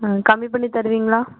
ஆ கம்மி பண்ணி தருவிங்களா